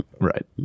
Right